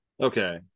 Okay